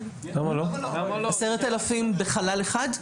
10,000 בחלל אחד?